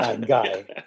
guy